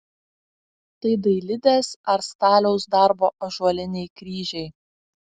tai dailidės ar staliaus darbo ąžuoliniai kryžiai